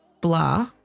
blah